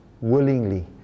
willingly